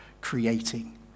creating